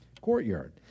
courtyard